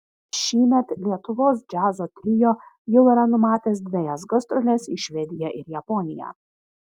šįmet lietuvos džiazo trio jau yra numatęs dvejas gastroles į švediją ir japoniją